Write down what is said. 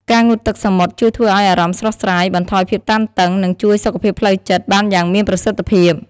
ការងូតទឹកសមុទ្រជួយធ្វើឲ្យអារម្មណ៍ស្រស់ស្រាយ បន្ថយភាពតានតឹង និងជួយសុខភាពផ្លូវចិត្តបានយ៉ាងមានប្រសិទ្ធភាព។